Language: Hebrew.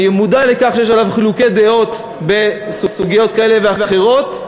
אני מודע לכך שיש עליו חילוקי דעות בסוגיות כאלה ואחרות,